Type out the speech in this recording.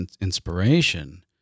inspiration